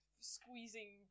Squeezing